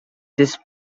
this